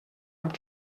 amb